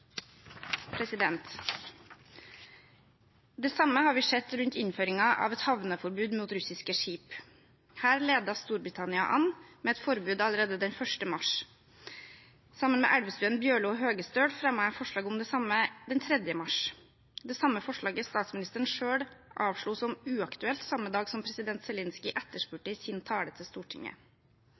Det samme har vi sett rundt innføringen av et havneforbud mot russiske skip. Her ledet Storbritannia an med et forbud allerede den 1. mars. Sammen med Elvestuen, Bjørlo og Høgestøl fremmet jeg forslag om det samme den 3. mars – det samme forslaget statsministeren selv avslo som «uaktuelt» samme dag som president Zelenskyj etterspurte det i sin tale til Stortinget.